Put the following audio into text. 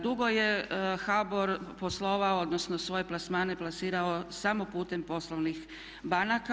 Dugo je HBOR poslovao, odnosno svoje plasmane plasirao samo putem poslovnih banaka.